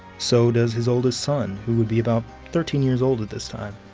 so does his oldest son, who would be about thirteen years old at this time.